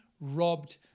robbed